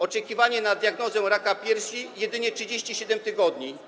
Oczekiwanie na diagnozę raka piersi - jedynie 37 tygodni.